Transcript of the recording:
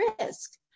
risk